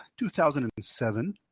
2007